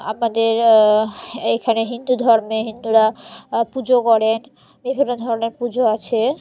আমাদের এখানে হিন্দু ধর্মে হিন্দুরা পুজো করেন বিভিন্ন ধরনের পুজো আছে